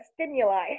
stimuli